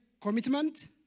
commitment